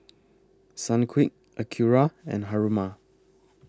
Sunquick Acura and Haruma